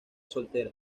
soltera